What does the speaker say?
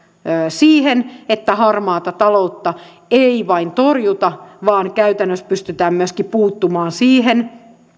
siihen että harmaata taloutta ei vain torjuta vaan käytännössä pystytään myöskin puuttumaan siihen